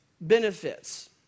benefits